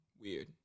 weird